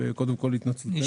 קודם כול, התנצלותנו.